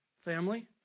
Family